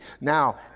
Now